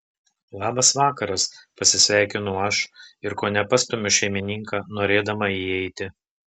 labas vakaras pasisveikinu aš ir kone pastumiu šeimininką norėdama įeiti